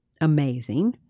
amazing